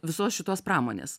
visos šitos pramonės